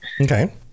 okay